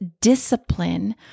discipline